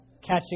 catching